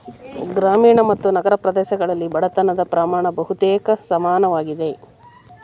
ಗ್ರಾಮೀಣ ಮತ್ತು ನಗರ ಪ್ರದೇಶಗಳಲ್ಲಿ ಬಡತನದ ಪ್ರಮಾಣ ಬಹುತೇಕ ಸಮಾನವಾಗಿದೆ